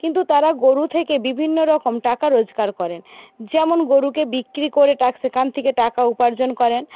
কিন্তু তারা গরু থেকে বিভিন্ন রকম টাকা রোজগার করেন যেমন গরুকে বিক্রি করে টা সেখান থেকে টাকা উপার্জন করেন